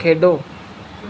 ਖੇਡੋ